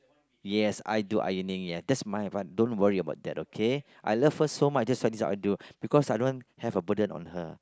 yes I do ironing ya that's my advan~ don't worry about that okay I love her so much that's why this all I do because I don't want to have a burden on her